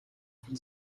von